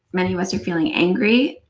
many of us are feeling angry,